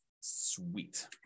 Sweet